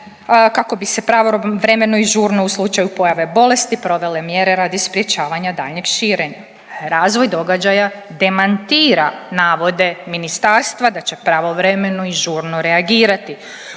kako bi se pravovremeno i žurno u slučaju pojave bolesti provele mjere radi sprječavanja daljnjeg širenja. A razvoj događaja demantira navode ministarstva da će pravovremeno i žurno reagirati,